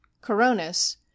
Coronis